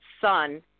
son